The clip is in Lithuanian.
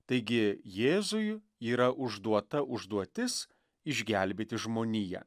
taigi jėzui yra užduota užduotis išgelbėti žmoniją